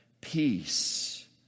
peace